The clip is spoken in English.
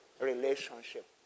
Relationship